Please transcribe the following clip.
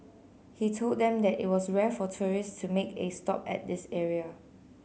he told them that it was rare for tourists to make it stop at this area